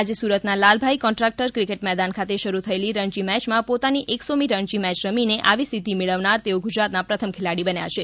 આજે સુરતના લાલભાઈ કોન્ટ્રાકટર ક્રિકેટ મેદાન ખાતે શરૂ થયેલી રણજી મેચમાં પોતાની એક્સોમી રણજી મેચ રમીને આવી સિદ્ધિ મેળવનાર તેઓ ગુજરાતના પ્રથમ ખેલાડી બન્યા છે